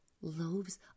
loaves